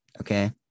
Okay